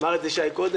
אמר את זה שי קודם,